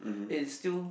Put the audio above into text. it still